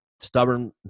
stubborn